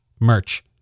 merch